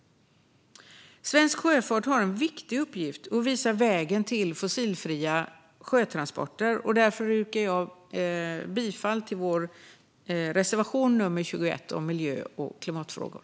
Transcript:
Svensk sjöfart har en viktig uppgift i att visa vägen till fossilfria sjötransporter. Därför yrkar jag bifall till vår reservation nummer 21 om miljö och klimatfrågor.